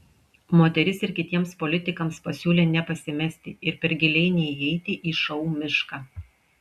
moteris ir kitiems politikams pasiūlė nepasimesti ir per giliai neįeiti į šou mišką